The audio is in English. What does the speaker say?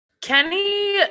Kenny